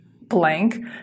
blank